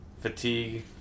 fatigue